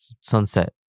sunset